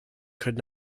could